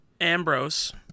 Ambrose